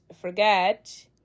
forget